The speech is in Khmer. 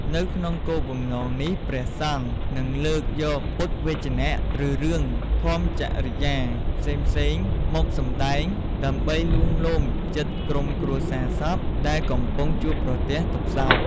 នៅក្នុងគោលបំណងនេះ ព្រះសង្ឃនឹងលើកយកពុទ្ធវចនៈ ឬរឿងធម្មចរិយាផ្សេងៗមកសំដែង ដើម្បីលួងលោមចិត្តក្រុមគ្រួសារសពដែលកំពុងជួបប្រទះទុក្ខសោក។